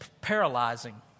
paralyzing